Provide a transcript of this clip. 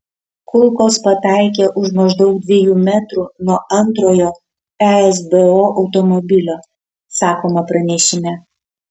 kulkos pataikė už maždaug dviejų metrų nuo antrojo esbo automobilio sakoma pranešime